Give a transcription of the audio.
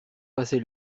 passer